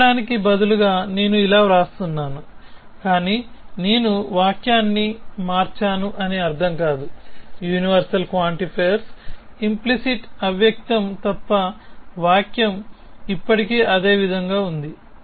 రాయడానికి బదులుగా నేను ఇలా వ్రాస్తున్నాను కానీ నేను వాక్యాన్ని మార్చాను అని అర్ధం కాదు యూనివర్సల్ క్వాంటిఫైయర్స్ ఇoప్లిసిట్ అవ్యక్తం తప్ప వాక్యం ఇప్పటికీ అదే విధంగా ఉంది